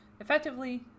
effectively